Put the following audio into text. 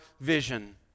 vision